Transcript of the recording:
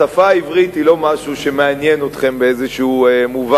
השפה העברית היא לא משהו שמעניין אתכם באיזה מובן,